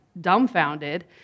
dumbfounded